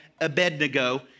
Abednego